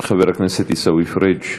חבר הכנסת עיסאווי פריג'